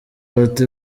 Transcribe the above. bati